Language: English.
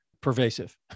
pervasive